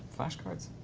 flashcards.